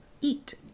eat